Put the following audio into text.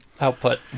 output